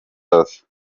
hazaza